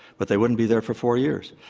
but they wouldn't be there for four years.